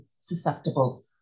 susceptible